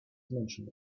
menschen